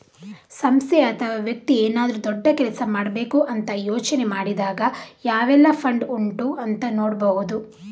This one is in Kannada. ಸಂಸ್ಥೆ ಅಥವಾ ವ್ಯಕ್ತಿ ಏನಾದ್ರೂ ದೊಡ್ಡ ಕೆಲಸ ಮಾಡ್ಬೇಕು ಅಂತ ಯೋಚನೆ ಮಾಡಿದಾಗ ಯಾವೆಲ್ಲ ಫಂಡ್ ಉಂಟು ಅಂತ ನೋಡ್ಬಹುದು